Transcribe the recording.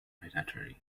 predatory